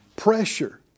Pressure